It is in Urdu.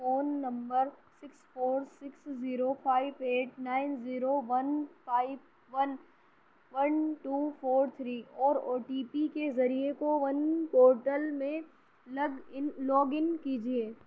phone number six four six zero five eight nine zero one five one one two four three اور او ٹی پی کے ذریعے کوون پورٹل میں لگ ان لاگ ان کیجیے